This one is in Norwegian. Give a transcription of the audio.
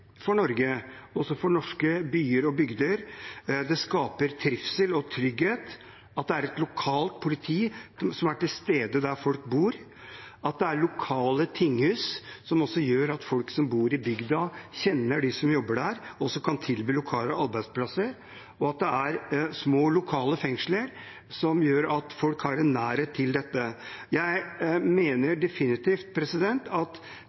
for Norge, også for norske byer og bygder, at det er lokalt politi som er til stede der folk bor, at det er lokale tinghus, som kan tilby lokale arbeidsplasser, og som gjør at folk som bor i bygda, kjenner dem som jobber der, og at det er små, lokale fengsler, som gjør at folk har en nærhet til dette. Det skaper trivsel og trygghet. Jeg mener definitivt at